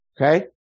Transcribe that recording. okay